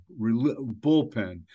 bullpen